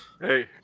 Hey